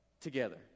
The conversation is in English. together